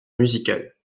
musical